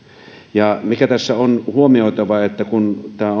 ja mikä tässä on huomioitava on että kun kaikki tämä